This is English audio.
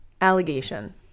allegation